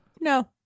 No